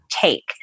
take